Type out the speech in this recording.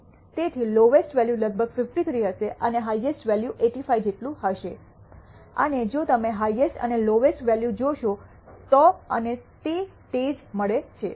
તેથીલોવૅસ્ટ value લગભગ 53 હશે અને હાઇએસ્ટ વૅલ્યુ 85 જેટલું હશે અને જો તમે હાઇએસ્ટ અને લોવૅસ્ટ વૅલ્યુ જોશો તો અને તે તે જ મળે છે